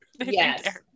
Yes